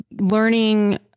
learning